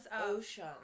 Ocean